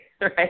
right